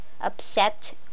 upset